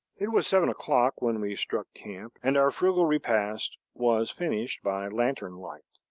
it was seven o'clock when we struck camp, and our frugal repast was finished by lantern-light.